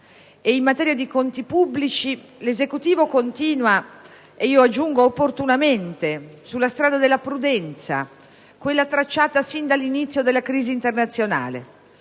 In materia di conti pubblici l'Esecutivo continua ‑ aggiungo opportunamente ‑ sulla strada della prudenza, quella tracciata sin dall'inizio della crisi internazionale,